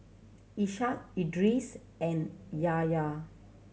Ishak Idris and Yahya